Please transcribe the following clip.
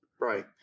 Right